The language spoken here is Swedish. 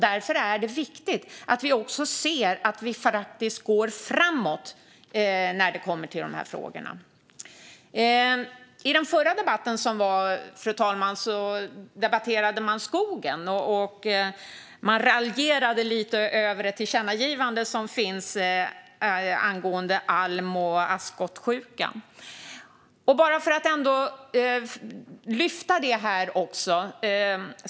Därför är det viktigt att vi ser att det faktiskt går framåt när det kommer till de här frågorna. I den förra debatten, fru talman, debatterade man skogen. Man raljerade lite över ett tillkännagivande som finns angående alm och askskottsjukan.